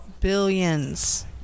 billions